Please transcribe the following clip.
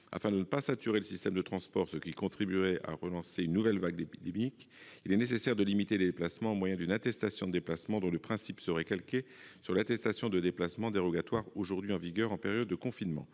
Afin de ne pas saturer le système de transport, ce qui contribuerait à relancer une nouvelle vague épidémique, il est nécessaire de limiter les déplacements au moyen de la mise en place d'une attestation de déplacement dont le principe serait calqué sur l'attestation de déplacement dérogatoire aujourd'hui en vigueur en période de confinement.